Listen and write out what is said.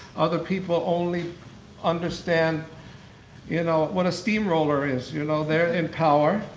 other people only understand you know what a steamroller is. you know they're in power,